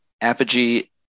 Apogee